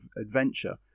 adventure